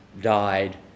died